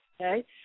okay